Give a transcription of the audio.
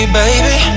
baby